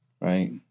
Right